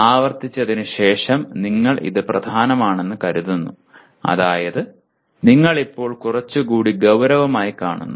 ആവർത്തിച്ചതിന് ശേഷം നിങ്ങൾ അത് പ്രധാനമാണെന്ന് കരുതുന്നു അതായത് നിങ്ങൾ ഇപ്പോൾ കുറച്ചുകൂടി ഗൌരവമായി കാണുന്നു